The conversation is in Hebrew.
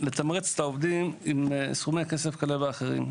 לתמרץ את העובדים עם סכומי כסף כאלה ואחרים,